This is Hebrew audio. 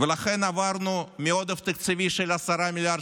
ולכן עברנו מעודף תקציבי של 10 מיליארד